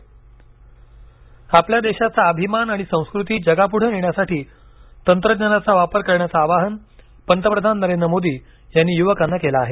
प्रवासी भारतीय आपल्या देशाचा अभिमान आणि संस्कृती जगापुढे नेण्यासाठी तंत्रज्ञानाचा वापर करण्याचं आवाहन पंतप्रधान नरेंद्र मोदी यांनी यूवकांना केल आहे